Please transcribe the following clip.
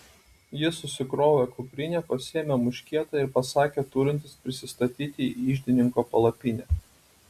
jis susikrovė kuprinę pasiėmė muškietą ir pasakė turintis prisistatyti į iždininko palapinę